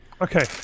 okay